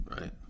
right